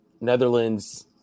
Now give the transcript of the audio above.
Netherlands